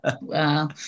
wow